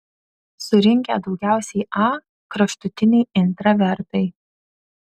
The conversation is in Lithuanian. surinkę daugiausiai a kraštutiniai intravertai